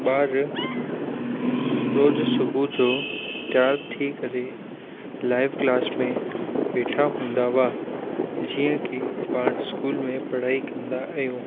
ॿार रोज़ु सुबुह जो तयारु थी करे लाइव क्लास में वेठा हूंदा हुआ जीअं कि पाण स्कूल में पढ़ाई कंदा आहियूं